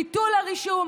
ביטול הרישום,